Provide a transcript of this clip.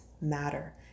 matter